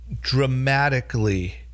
dramatically